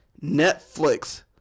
Netflix